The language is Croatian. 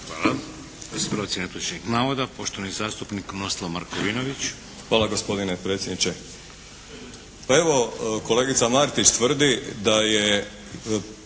Hvala.